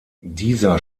dieser